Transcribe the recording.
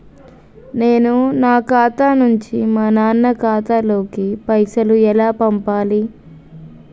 నేను నా ఖాతా నుంచి మా నాన్న ఖాతా లోకి పైసలు ఎలా పంపాలి?